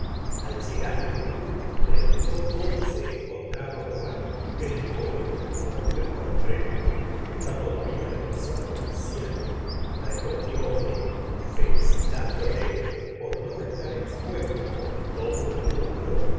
al llegar el cura preguntó como se encontraba bovary el golpe como usted comprende está todavia demasiado reciente respondió homais felicitándole por no estar expuesto como todo el mundo